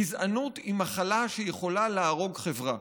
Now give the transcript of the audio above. גזענות היא מחלה שיכולה להרוג חברה.